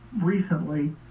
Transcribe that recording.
recently